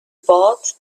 both